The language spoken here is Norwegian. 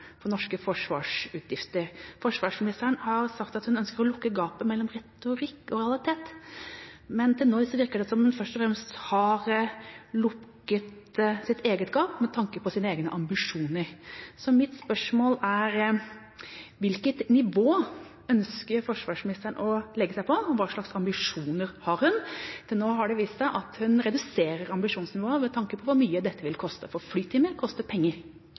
for norske forsvarsutgifter. Forsvarsministeren har sagt at hun ønsker å «lukke gapet mellom retorikk og realitet», men til nå virker det som om hun først og fremst har lukket sitt eget gap med tanke på sine egne ambisjoner. Så mitt spørsmål er: Hvilket nivå ønsker forsvarsministeren å legge seg på, og hva slags ambisjoner har hun? Til nå har det vist seg at hun reduserer ambisjonsnivået med tanke på hvor mye dette vil koste – for flytimer koster penger.